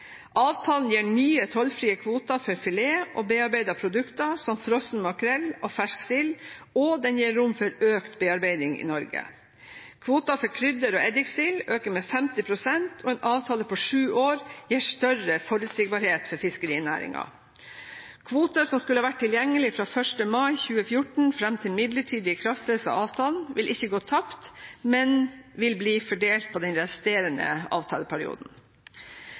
Avtalen gir nye tollfrie kvoter for filet og bearbeidede produkter som frossen makrell og fersk sild, og den gir rom for økt bearbeiding i Norge. Kvoten for krydder- og eddiksild øker med 50 pst., og en avtaleperiode på sju år gir større forutsigbarhet for fiskerinæringen. Kvoter som skulle vært tilgjengelige fra 1. mai 2014 fram til midlertidig ikrafttredelse av avtalen, vil ikke gå tapt, men vil bli fordelt på den resterende avtaleperioden.